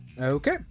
Okay